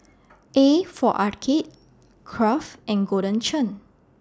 A For Arcade Kraft and Golden Churn